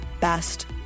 best